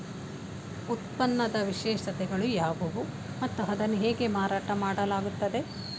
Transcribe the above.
ಉತ್ಪನ್ನದ ವಿಶೇಷತೆಗಳು ಯಾವುವು ಮತ್ತು ಅದನ್ನು ಹೇಗೆ ಮಾರಾಟ ಮಾಡಲಾಗುತ್ತದೆ?